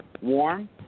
warm